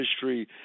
history